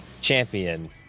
champion